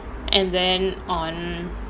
and then on